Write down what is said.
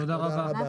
(הוראת שעה), התשפ"א-2021 אושרו.